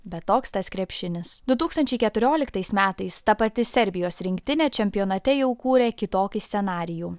bet toks tas krepšinis du tūkstančiai keturioliktais metais ta pati serbijos rinktinė čempionate jau kūrė kitokį scenarijų